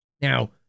Now